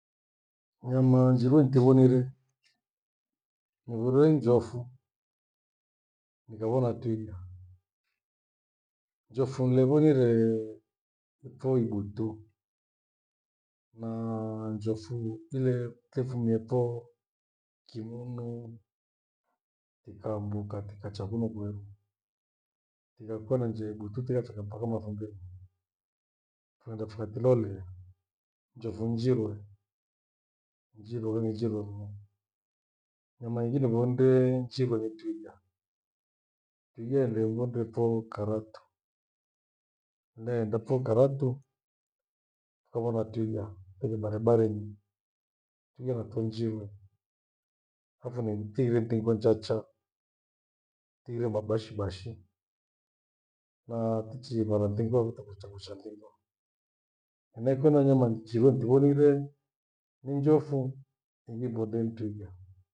Nyama njirwe nitivonire, nivonire njofu, nikavona twiga, njofu nileivonire ipho igutu naa njofu tilephumiepho kimunu tikaambuka tikacha kunu kweru. Yakwana njegu tuteyachikacha mpaka mafumbeni, henda fukalilolea njofu na njirwe. Njirwe kangi njirwe mnu. Nyamaingi nivonde njirwe ni twiga. Nieivonire pho karatu nienda pho karatu nikavona twiga iwe barebarenyi tighire natonjirwe khafonenyi, tighire tii kwanchacha, tighire mabashibashi na tichi vara tengoo vitakurucha ghurusha nyingo. Henaicho nanyama nchirwe ntingonire ni njofu nhibondei ni twiga.